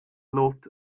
luft